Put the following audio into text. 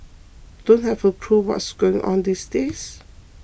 don't have a clue what's going on these days